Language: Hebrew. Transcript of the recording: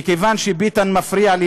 מכיוון שביטן מפריע לי,